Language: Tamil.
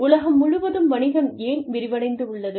உலகம் முழுவதும் வணிகம் ஏன் விரிவடைந்துள்ளது